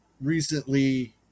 recently